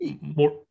more